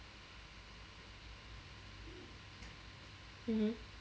mmhmm